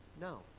no